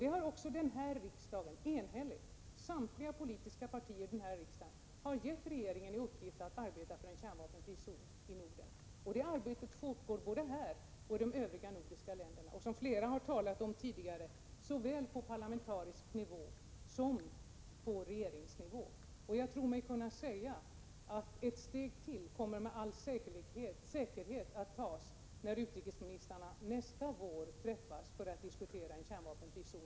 Samtliga politiska partier här i riksdagen har också givit regeringen i uppdrag att arbeta för en kärnvapenfri zon i Norden. Detta arbete pågår både här och i de övriga nordiska länderna, såsom framhållits av flera tidigare talare. Arbetet bedrivs såväl på parlamentarisk nivå som på regeringsnivå. Jag tror mig kunna säga att ett ytterligare steg med all säkerhet kommer att tas när utrikesministrarna nästa vår träffas för att återigen diskutera en kärnvapenfri zon.